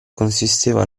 consisteva